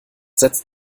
setzt